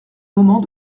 moments